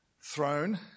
throne